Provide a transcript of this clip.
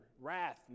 wrath